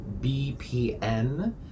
BPN